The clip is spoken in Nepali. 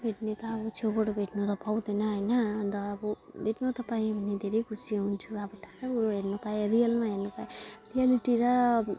भेट्ने त अब छेउबाट भेट्नु त पाउँदैन होइन अन्त अब भेट्नु त पाएँ भने धेरै खुसी हुन्छु अब टाढोबाट हेर्नु पायो रियलमा हेर्नु पायो रियलटी र